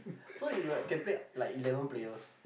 so it's like can play like eleven players